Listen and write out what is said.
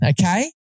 okay